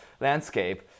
landscape